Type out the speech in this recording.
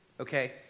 okay